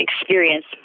experience